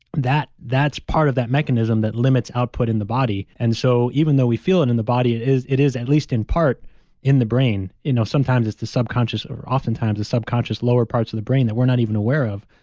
that's part of that mechanism that limits output in the body. and so even though we feel it in the body, it is it is at least in part in the brain. you know sometimes it's the subconscious, or oftentimes the subconscious lower parts of the brain that we're not even aware of.